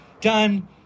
done